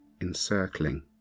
encircling